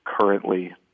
currently